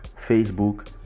Facebook